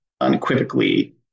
unequivocally